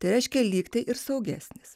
tai reiškia lyg tai ir saugesnis